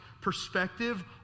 perspective